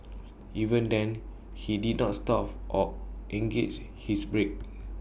even then he did not stop or engaged his brake